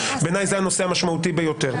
בעיניי זה הנושא המשמעותי ביותר.